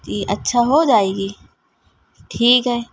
جی اچھا ہو جائے گی ٹھیک ہے